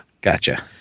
Gotcha